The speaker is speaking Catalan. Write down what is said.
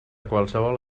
qualsevol